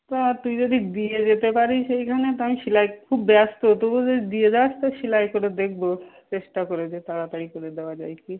তা তুই যদি দিয়ে যেতে পারিস এইখানে তো আমি সেলাই খুব ব্যস্ত তবু যদি দিয়ে যাস তো সেলাই করে দেখবো চেষ্টা করে যে তাড়াতাড়ি করে দেওয়া যায় কি